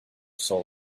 soul